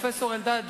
פרופסור אלדד?